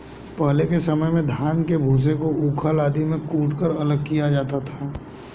पहले के समय में धान के भूसे को ऊखल आदि में कूटकर अलग किया जाता था